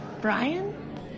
Brian